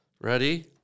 Ready